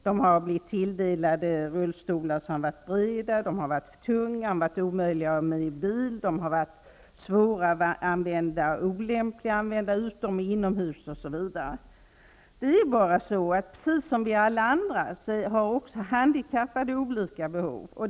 De har blivit tilldelade rullstolar som har varit för breda, tunga, omöjliga att ta med i bil, svåra och olämpliga att använda utomhus resp. inomhus osv. Precis som alla vi andra har handikappade olika behov.